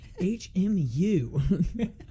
hmu